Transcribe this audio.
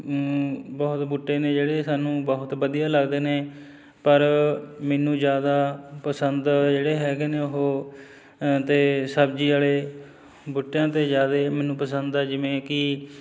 ਬਹੁਤ ਬੂਟੇ ਨੇ ਜਿਹੜੇ ਸਾਨੂੰ ਬਹੁਤ ਵਧੀਆ ਲੱਗਦੇ ਨੇ ਪਰ ਮੈਨੂੰ ਜ਼ਿਆਦਾ ਪਸੰਦ ਜਿਹੜੇ ਹੈਗੇ ਨੇ ਉਹ ਅਤੇ ਸਬਜ਼ੀ ਵਾਲੇ ਬੂਟਿਆਂ ਅਤੇ ਜ਼ਿਆਦਾ ਮੈਨੂੰ ਪਸੰਦ ਆ ਜਿਵੇਂ ਕਿ